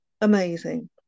amazing